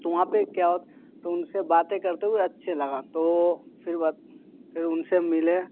तो वहाँ पे क्या होत तो उनसे बातें करते हुए अच्छे लगा तो फिर बात फिर उनसे मिले